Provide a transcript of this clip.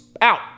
out